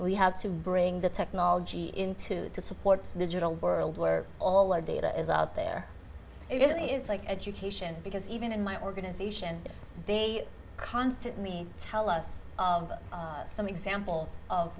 we have to bring the technology into to support the digital world where all our data is out there it is like education because even in my organization they constantly tell us of some examples of